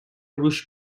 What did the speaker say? روش